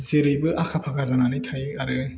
जेरैबो आखा फाखा जानानै थायो आरो